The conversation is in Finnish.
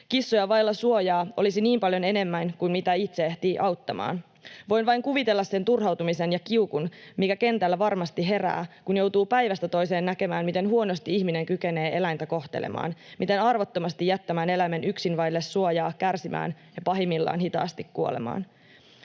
kissoja vailla suojaa olisi niin paljon enemmän kuin mitä itse ehtii auttamaan. Voin vain kuvitella sen turhautumisen ja kiukun, mikä kentällä varmasti herää, kun joutuu päivästä toiseen näkemään, miten huonosti ihminen kykenee eläintä kohtelemaan, miten arvottomasti jättämään eläimen yksin vaille suojaa kärsimään ja pahimmillaan hitaasti kuolemaan.